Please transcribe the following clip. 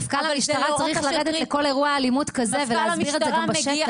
מפכ"ל המשטרה צריך לרדת לכל אירוע אלימות כזה ולהסביר את זה גם בשטח,